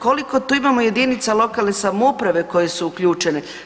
Koliko tu imamo jedinica lokalne samouprave koje su uključene?